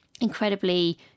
incredibly